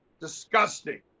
Disgusting